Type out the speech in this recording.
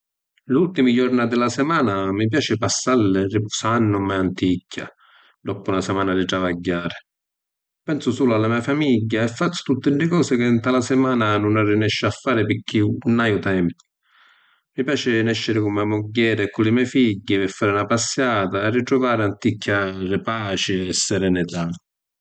L’ultimi jorna di la simàna mi piaci passalli ripusannumi ‘anticchia, ddoppu na simana di travagghiari. Pensu sulu a la me’ famigghia e fazzu tutti ddi cosi chi nta la simana nun arrinesciu a fari pirchì nun haiu tempu. Mi piaci nesciri cu me’ mugghieri e cu’ li me’ figghi pi fari na passiàta e ritruvari ‘anticchia di paci e serenità.